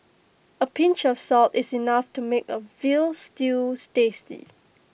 A pinch of salt is enough to make A Veal Stew tasty